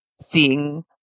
seeing